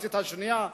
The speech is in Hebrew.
המחצית השנייה,